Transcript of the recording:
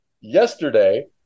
yesterday